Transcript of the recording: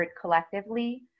collectively